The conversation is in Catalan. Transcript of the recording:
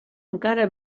encara